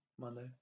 Monday